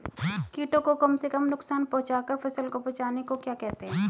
कीटों को कम से कम नुकसान पहुंचा कर फसल को बचाने को क्या कहते हैं?